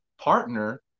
partner